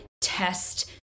test